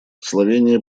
словения